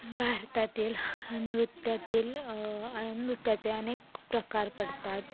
भारतातील नृत्यातील नृत्याचे अनेक प्रकार पडतात